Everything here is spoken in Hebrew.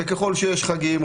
וכלל שיש חגים,